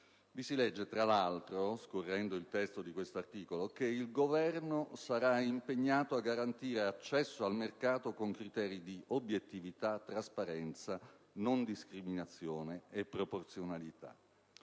vi si legge, tra l'altro, che il Governo sarà impegnato a garantire accesso al mercato con criteri di obiettività, trasparenza, non discriminazione e proporzionalità.